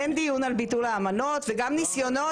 אין דיון על ביטול האמנות וגם ניסיונות